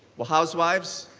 well housewives,